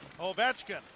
Ovechkin